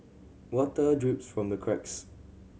water drips from the cracks